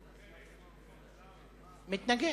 הוא מתנגד,